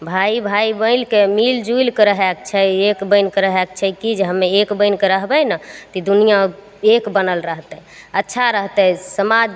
भाइ भाइ बनिके मिलिजुलिके रहैके छै एक बनिके रहैके छै कि जे हमे एक बनिके रहबै ने तऽ ई दुनिआँ एक बनल रहतै अच्छा रहतै समाज